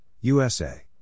USA